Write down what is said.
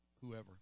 whoever